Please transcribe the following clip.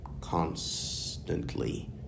constantly